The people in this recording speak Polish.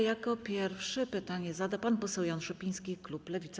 Jako pierwszy pytanie zada pan poseł Jan Szopiński, klub Lewica.